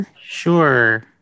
Sure